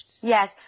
yes